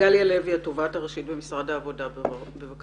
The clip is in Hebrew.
גליה לוי, התובעת הראשית במשרד העבודה בבקשה.